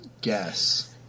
guess